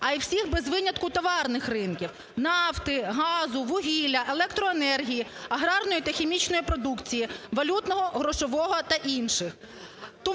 а й всіх без винятку товарних ринків: нафти, газу, вугілля, електроенергії, аграрної та хімічної продукції, валютного, грошового та інших.